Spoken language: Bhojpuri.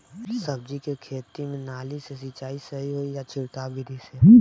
सब्जी के खेती में नाली से सिचाई सही होई या छिड़काव बिधि से?